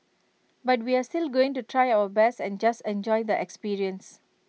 but we're still going to try our best and just enjoy the experience